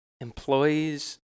Employees